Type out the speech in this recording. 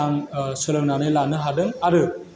आं सोलोंनानै लानो हादों आरो